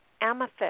amethyst